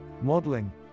modeling